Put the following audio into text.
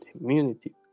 immunity